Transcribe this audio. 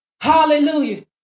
Hallelujah